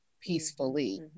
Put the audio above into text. peacefully